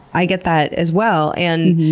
i get that as well. and,